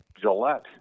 Gillette